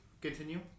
Continue